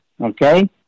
okay